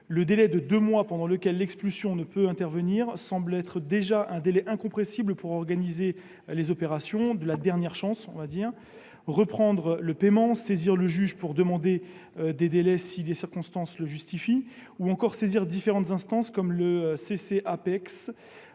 le délai de deux mois pendant lequel l'expulsion ne peut intervenir semble déjà incompressible pour organiser les opérations de la « dernière chance »- reprendre le paiement, saisir le juge pour demander des délais si les circonstances le justifient ou encore saisir différentes instances comme la CCAPEX,